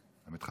הן מתחלפות.